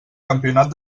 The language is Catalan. campionat